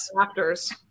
actors